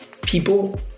people